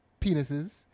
penises